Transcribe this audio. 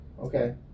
Okay